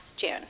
June